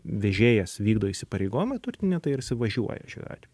vežėjas vykdo įsipareigojimą turtinį tai ir jisai važiuoja šiuo atveju